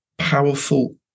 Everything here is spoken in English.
Powerful